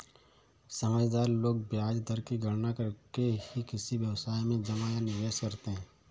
समझदार लोग ब्याज दर की गणना करके ही किसी व्यवसाय में जमा या निवेश करते हैं